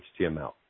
HTML